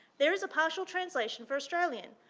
there is a partial translation for australian.